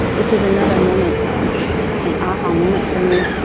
this was another moment, um an ah-ha moment for me,